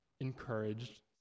encouraged